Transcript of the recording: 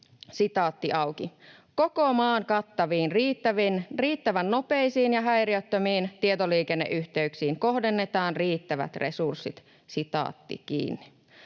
sen selkeästi: ”Koko maan kattaviin, riittävän nopeisiin ja häiriöttömiin tietoliikenneyhteyksiin kohdennetaan riittävät resurssit.” Myös